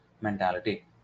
mentality